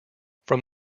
from